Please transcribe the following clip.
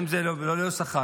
אם זה ללא שכר,